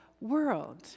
world